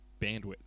bandwidth